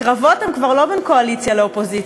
הקרבות הם כבר לא בין קואליציה לאופוזיציה,